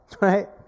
Right